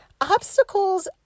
obstacles